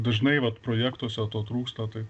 dažnai vat projektuose to trūksta tai